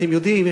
אתם יודעים,